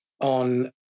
on